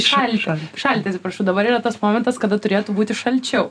šalti šalti atsiprašau dabar yra tas momentas kada turėtų būti šalčiau